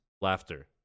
laughter